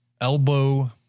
elbow